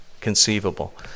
conceivable